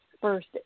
first